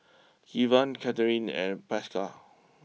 Kevan Kathrine and Pascal